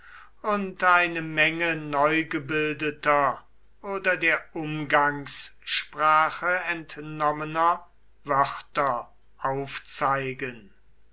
und eine menge neugebildeter oder der umgangssprache entnommener wörter aufzeigen